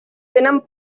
tenen